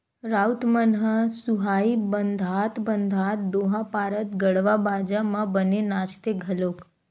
राउत मन ह सुहाई बंधात बंधात दोहा पारत गड़वा बाजा म बने नाचथे घलोक